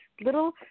little